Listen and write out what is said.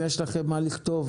אם יש לכם מה לכתוב,